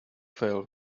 fail